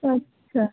আচ্ছা